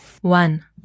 One